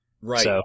Right